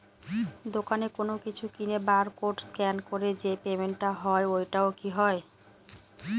দোকানে কোনো কিছু কিনে বার কোড স্ক্যান করে যে পেমেন্ট টা হয় ওইটাও কি হয়?